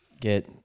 get